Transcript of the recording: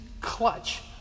clutch